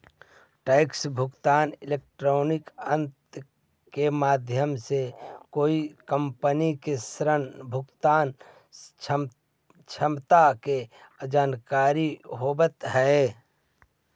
times interest earned के माध्यम से कोई कंपनी के ऋण भुगतान क्षमता के जानकारी होवऽ हई